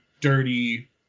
dirty